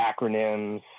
acronyms